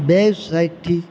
બે સાઇડથી